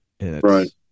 Right